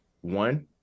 one